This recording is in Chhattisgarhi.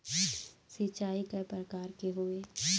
सिचाई कय प्रकार के होये?